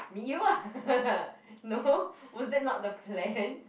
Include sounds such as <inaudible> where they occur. meet you ah <laughs> no was that not the plan